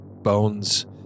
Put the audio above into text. bones